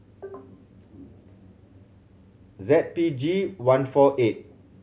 Z P G one four eight